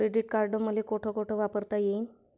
Credit card मले कोठ कोठ वापरता येईन?